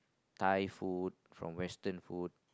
Thai food from Western food